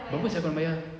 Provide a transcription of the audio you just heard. bagus ah korang bayar